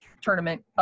tournament